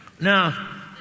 Now